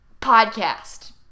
podcast